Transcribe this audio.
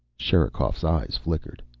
sherikov's eyes flickered.